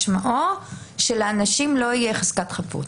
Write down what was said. משמעו שלאנשים לא תהיה חזקת חפות.